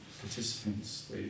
participants